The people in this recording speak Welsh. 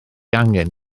angen